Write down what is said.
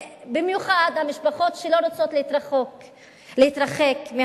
במיוחד המשפחות שלא רוצות להתרחק מהמשפחות